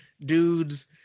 dudes